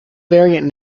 variant